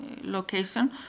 location